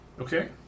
Okay